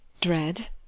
Dread